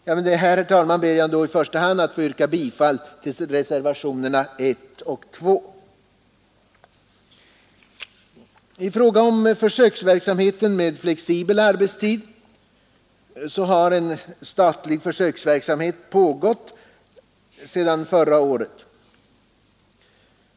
Med detta, herr talman, ber jag att få yrka bifall till reservationerna 1 och 2. Statlig försöksverksamhet med flexibel arbetstid har pågått sedan förra året.